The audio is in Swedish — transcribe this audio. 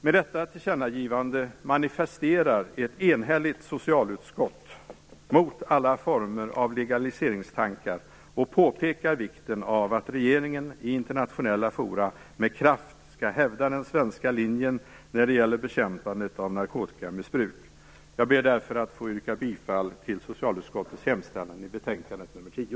Med detta tillkännagivande manifesterar ett enhälligt socialutskott en stor enighet mot alla former av legaliseringstankar och påpekar vikten av att regeringen i internationella forum med kraft skall hävda den svenska linjen när det gäller bekämpandet av narkotikamissbruk. Jag yrkar bifall till socialutskottets hemställan i betänkandet nr 10.